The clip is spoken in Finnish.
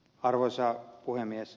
arvoisa puhemies